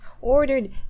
ordered